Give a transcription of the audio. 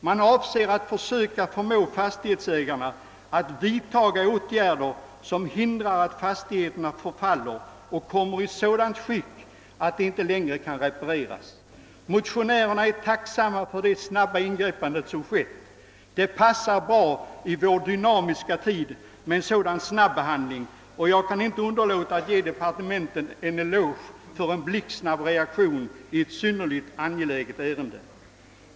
Man avser att försöka förmå fastighetsägarna att vidtaga åtgärder som hindrar att fastigheterna förfaller och kommer i sådant skick att de inte längre kan repareras. Vi motionärer är tacksamma för det snabba ingripande som gjorts. En sådan snabbehandling passar bra in i vår dynamiska tid, och jag kan inte underlåta att ge departementet en eloge för blixtsnabb reaktion i ett synnerligen angeläget ärende.